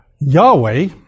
Yahweh